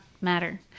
matter